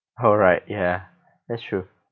oh right ya that's true